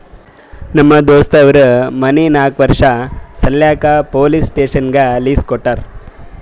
ನಮ್ ದೋಸ್ತ್ ಅವ್ರ ಮನಿ ನಾಕ್ ವರ್ಷ ಸಲ್ಯಾಕ್ ಪೊಲೀಸ್ ಸ್ಟೇಷನ್ಗ್ ಲೀಸ್ ಕೊಟ್ಟಾರ